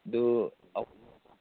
ꯑꯗꯨ